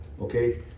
Okay